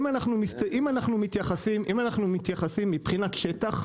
אם אנחנו מתייחסים מבחינת שטח,